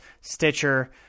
stitcher